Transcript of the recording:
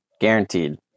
guaranteed